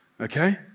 Okay